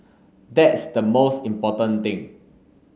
that's the most important thing